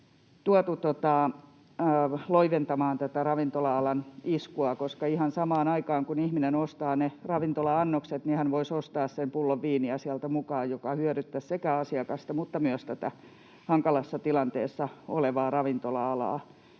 tuotu loiventamaan tätä ravintola-alan iskua, koska ihan samaan aikaan, kun ihminen ostaa ne ravintola-annokset, hän voisi ostaa sen pullon viiniä sieltä mukaan, mikä hyödyttäisi sekä asiakasta että myös tätä hankalassa tilanteessa olevaa ravintola-alaa?